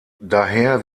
daher